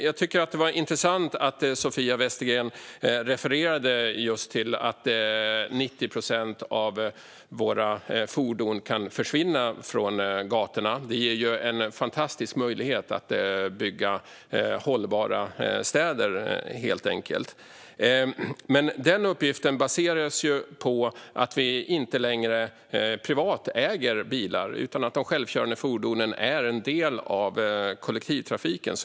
Jag tycker att det är intressant att Sofia Westergren refererar till att 90 procent av våra fordon kan försvinna från gatorna. Det ger ju en fantastisk möjlighet att bygga hållbara städer. Men den uppgiften baseras på att vi inte längre äger bilar privat utan att de självkörande fordonen är en del av kollektivtrafiken.